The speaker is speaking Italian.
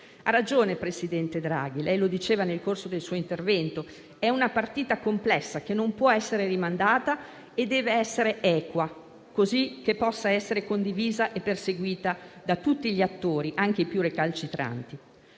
Ha ragione, presidente Draghi. Lei lo diceva nel corso del suo intervento: è una partita complessa, che non può essere rimandata e deve essere equa, così che possa essere condivisa e perseguita da tutti gli attori, anche i più recalcitranti.